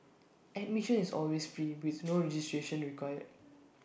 admission is always free with no registration required